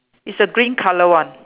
is a green colour one